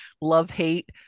love-hate